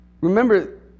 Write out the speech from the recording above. Remember